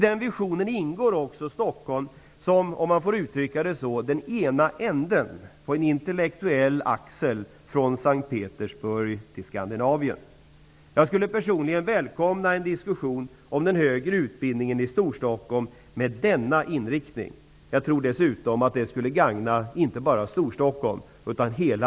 I den visionen ingår också Stockholm som -- om jag får uttrycka det så -- den ena ändan på en intellektuell axel från S:t Petersburg till Skandinavien. Jag skulle personligen välkomna en diskussion i denna riktning om högre utbildning i Storstockholmregionen. Jag tror dessutom att det skulle gagna inte bara Storstockholm utan hela